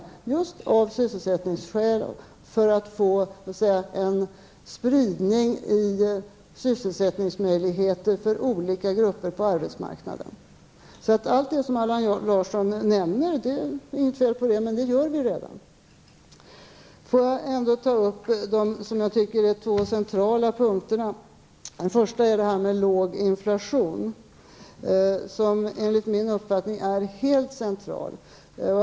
Det sker just av sysselsättningskäl för att få en spridning när det gäller sysselsättningsmöjligheter för olika grupper på arbetsmarknaden. Det är inget fel på allt det som Allan Larsson nämner, men det är sådant som regeringen redan gör. Jag vill ta upp två centrala punkter. Den första är detta med låg inflation, något som enligt min uppfattning är mycket centralt.